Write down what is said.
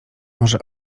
może